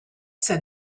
said